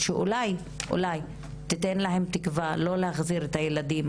שאולי תיתן להן תקווה לא להחזיר את הילדים,